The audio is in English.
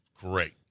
great